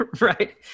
Right